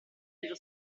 dello